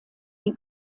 die